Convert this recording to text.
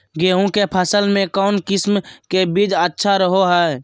गेहूँ के फसल में कौन किसम के बीज अच्छा रहो हय?